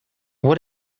what